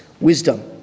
wisdom